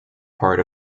part